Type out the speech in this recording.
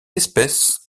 espèce